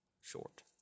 short